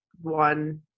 one